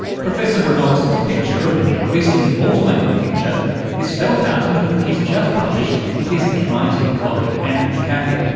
professor brynjolfsson's picture of an increasingly automated future is spelled out in a book he's just published with his mit colleague andrew mcafee,